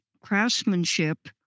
craftsmanship